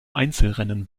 einzelrennen